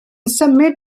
symud